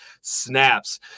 snaps